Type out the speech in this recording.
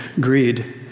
greed